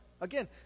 Again